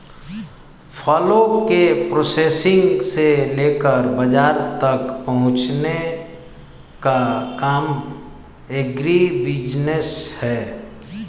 फलों के प्रोसेसिंग से लेकर बाजार तक पहुंचने का काम एग्रीबिजनेस है